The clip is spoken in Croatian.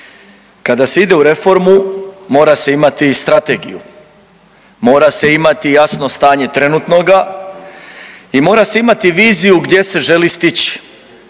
kada se ide u reformu mora se imati i strategiju, mora se imati i jasno stanje trenutnoga i mora se viziju gdje se želi stići.